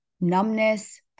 numbness